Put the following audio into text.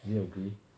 do you agree